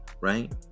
Right